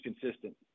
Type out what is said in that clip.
consistent